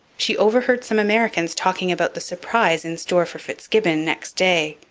she overheard some americans talking about the surprise in store for fitzgibbon next day.